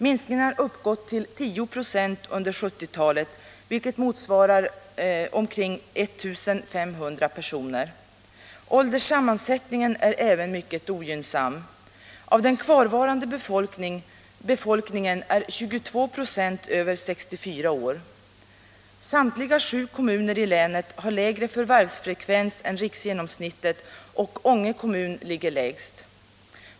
Minskningen har uppgått till 10 20 under 1970-talet, vilket motsvarar omkring 1 500 personer. Även ålderssammansättningen är mycket ogynnsam. Av den kvarvarande befolkningen är 22 96 över 64 år. Samtliga sju kommuner i länet har lägre förvärvsfrekvens än riksgenomsnittet, och Ånge kommun ligger lägst.